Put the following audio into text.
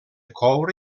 coure